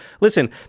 listen